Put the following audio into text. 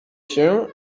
się